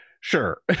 sure